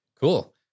Cool